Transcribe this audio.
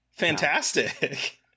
fantastic